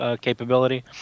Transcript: capability